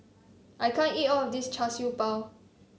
I can't eat all of this Char Siew Bao